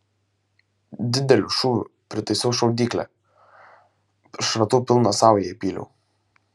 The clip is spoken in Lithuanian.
dideliu šūviu pritaisiau šaudyklę šratų pilną saują įpyliau